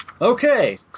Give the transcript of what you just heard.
Okay